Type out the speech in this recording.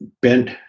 bent